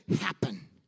happen